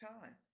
time